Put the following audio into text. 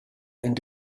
and